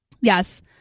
Yes